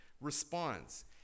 response